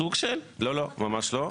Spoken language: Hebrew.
איך לא?